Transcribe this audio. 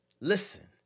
Listen